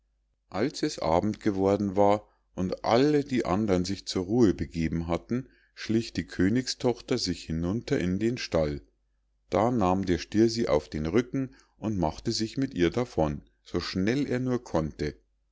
als es abend geworden war und alle die andern sich zur ruhe begeben hatten schlich die königstochter sich hinunter in den stall da nahm der stier sie auf den rücken und machte sich mit ihr davon so schnell er nur konnte